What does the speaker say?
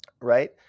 right